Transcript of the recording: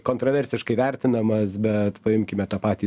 kontroversiškai vertinamas bet paimkime tą patį